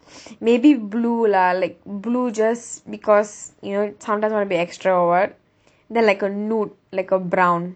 maybe blue lah like blue just because you know sometimes wanna be extra or what then like a nude like a brown